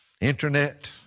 internet